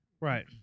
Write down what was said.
Right